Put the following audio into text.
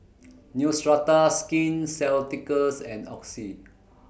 Neostrata Skin Ceuticals and Oxy